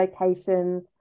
locations